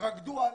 רקדו עליהם,